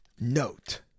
note